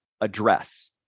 address